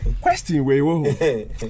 question